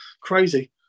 crazy